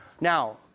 Now